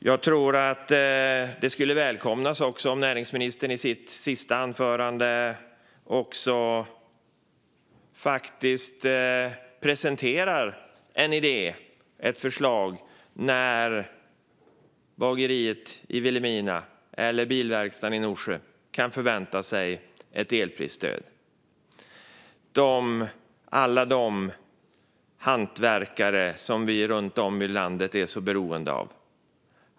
Jag tror att det skulle välkomnas om näringsministern i sitt sista anförande också presenterar en idé om och ett förslag för när bageriet i Vilhelmina eller bilverkstaden i Norsjö kan förvänta sig ett elprisstöd. Det gäller alla de hantverkare som vi runt om i landet är så beroende av.